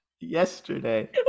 Yesterday